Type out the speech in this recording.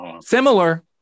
similar